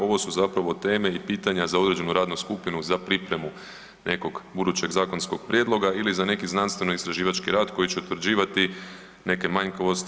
Ovo su zapravo teme i pitanja za određenu radnu skupinu za pripremu nekog budućeg zakonskog prijedloga ili za neki znanstveno-istraživački rad koji će utvrđivati neke manjkavosti.